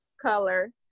color